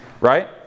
Right